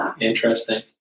interesting